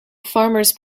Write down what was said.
farmers